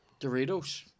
Doritos